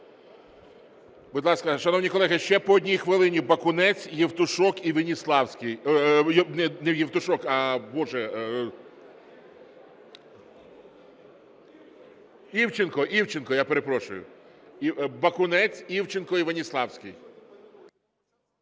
Будь ласка, ще по одній хвилині – Бакунець, Євтушок і Веніславський… Не Євтушок – Івченко, Івченко. Я перепрошую. Бакунець, Івченко і Веніславський.